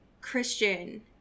Christian